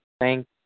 Thank